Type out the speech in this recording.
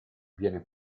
viene